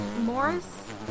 Morris